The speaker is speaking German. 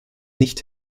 nicht